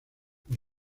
por